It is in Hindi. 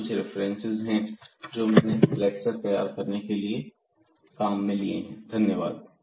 यह कुछ रेफरेंसेस हैं जो मैंने लेक्चर तैयार करने में काम में लिए हैं धन्यवाद